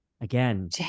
again